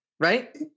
right